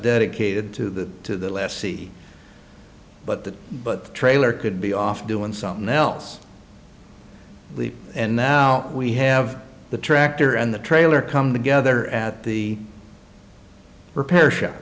dedicated to the lessee but that but the trailer could be off doing something else and now we have the tractor and the trailer come together at the repair shop